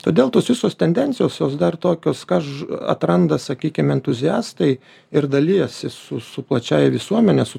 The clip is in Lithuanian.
todėl tos visos tendencijos jos dar tokios ką aš atranda sakykim entuziastai ir dalijasi su su plačiąja visuomene su